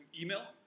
email